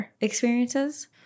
experiences